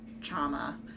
trauma